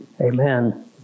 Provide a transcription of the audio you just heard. Amen